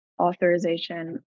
authorization